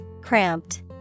Cramped